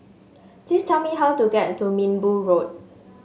please tell me how to get to Minbu Road